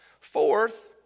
Fourth